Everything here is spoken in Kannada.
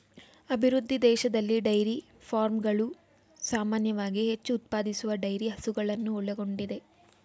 ಅಭಿವೃದ್ಧಿ ದೇಶದಲ್ಲಿ ಡೈರಿ ಫಾರ್ಮ್ಗಳು ಸಾಮಾನ್ಯವಾಗಿ ಹೆಚ್ಚು ಉತ್ಪಾದಿಸುವ ಡೈರಿ ಹಸುಗಳನ್ನು ಒಳಗೊಂಡಿದೆ